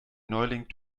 neuling